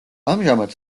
ამჟამად